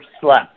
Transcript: slept